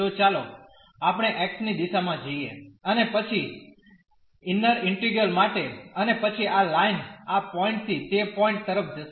તો ચાલો આપણે x ની દિશામાં જઈએ અને પછી ઇન્નર ઇન્ટિગ્રલ માટે અને પછી આ લાઈન આ પોઈન્ટ થી તે પોઈન્ટ તરફ જશે